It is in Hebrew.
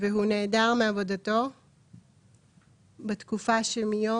למעט האזור המיוחד.